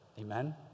Amen